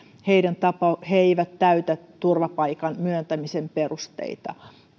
he eivät täytä turvapaikan myöntämisen perusteita